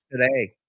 today